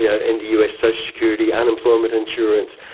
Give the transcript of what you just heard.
ah in the us social security, unemployment insurance,